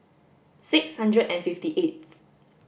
six hundred and fifty eighth